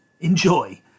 Enjoy